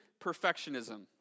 perfectionism